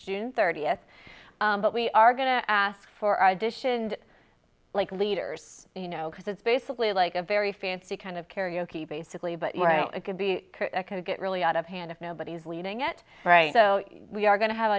june thirtieth but we are going to ask for a dish and like leaders you know because it's basically like a very fancy kind of karaoke basically but it could be could get really out of hand if nobody's leading it right so we are going to have